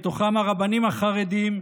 ובתוכם הרבנים החרדים,